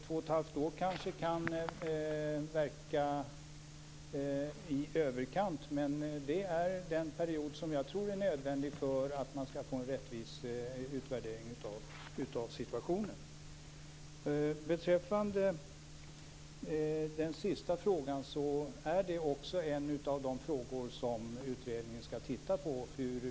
Två och ett halvt år verkar kanske vara i överkant, men det är den period som jag tror är nödvändig för att man skall få en rättvis utvärdering av situationen. Den sista frågan är en av de frågor som utredningen skall titta på.